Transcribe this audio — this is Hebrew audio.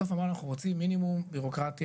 בסוף אמרנו שאנחנו רוצים מינימום בירוקרטיה.